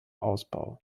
ausbau